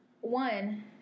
One